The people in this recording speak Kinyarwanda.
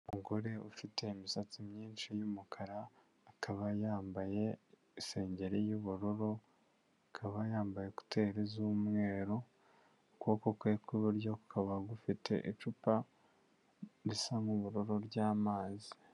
Umugore ufite imisatsi myinshi y'umukara akaba yambaye isengeri y'ubururu akaba yambaye ekuteri z'umweru, ukuboko kwe kw'iburyo kukaba gufite icupa risa nk'ubururu ry'amazi.